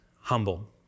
humble